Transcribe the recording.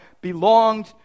belonged